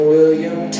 William